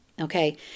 Okay